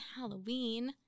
Halloween